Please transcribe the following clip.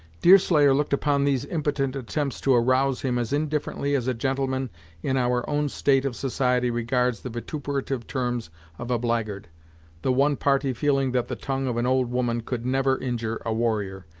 deerslayer looked upon these impotent attempts to arouse him as indifferently as a gentleman in our own state of society regards the vituperative terms of a blackguard the one party feeling that the tongue of an old woman could never injure a warrior,